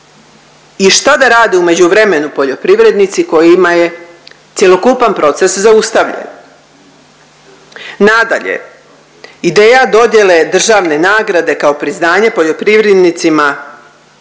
i šta da rade u međuvremenu poljoprivrednici kojima je cjelokupan proces zaustavljen. Nadalje, ideja dodjele državne nagrade kao priznanje poljoprivrednicima